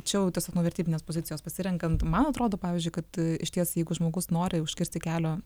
čia jau tiesiog nuo vertybinės pozicijos pasirenkant man atrodo pavyzdžiui kad išties jeigu žmogus nori užkirsti kelio